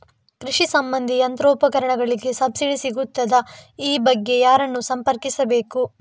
ಕೃಷಿ ಸಂಬಂಧಿ ಯಂತ್ರೋಪಕರಣಗಳಿಗೆ ಸಬ್ಸಿಡಿ ಸಿಗುತ್ತದಾ? ಈ ಬಗ್ಗೆ ಯಾರನ್ನು ಸಂಪರ್ಕಿಸಬೇಕು?